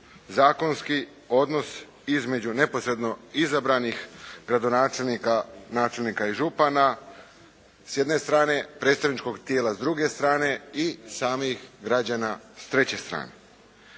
zakonski odnos između neposredno izabranih gradonačelnika, načelnika i župana s jedne strane, predstavničkog tijela s druge strane i samih građana s treće strane.